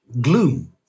gloom